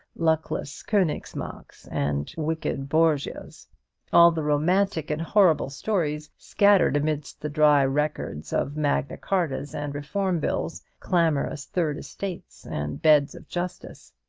luckless konigsmarks and wicked borgias all the romantic and horrible stories scattered amid the dry records of magna chartas and reform bills, clamorous third estates and beds of justice.